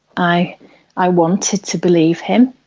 i i wanted to believe him.